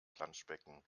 planschbecken